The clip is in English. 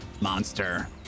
monster